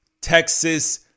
Texas